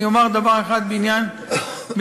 אני אומר דבר אחד בעניין בית-הכנסת,